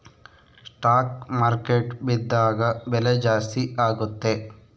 stock market ಬಿದ್ದಾಗ ಬೆಲೆ ಜಾಸ್ತಿ ಆಗುತ್ತೆ